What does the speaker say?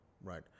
right